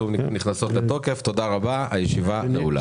תודה רבה, הישיבה נעולה.